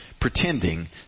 pretending